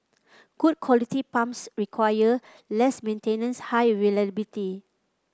good quality pumps require less maintenance high reliability